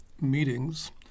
meetings